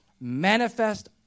manifest